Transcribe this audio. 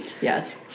Yes